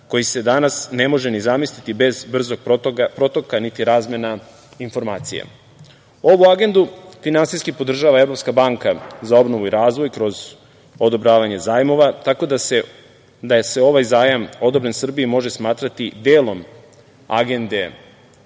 koji se danas ne može ni zamisliti bez brzog protoka, niti razmena informacija. Ovu agendu finansijski podržava Evropska banka za obnovu i razvoj kroz odobravanje zajmova, tako da se ovaj zajam odobren Srbiji može smatrati delom Agende